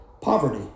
poverty